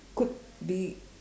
could be